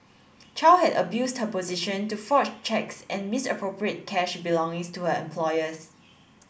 chow had abused her position to forge cheques and misappropriate cash belonging to her employers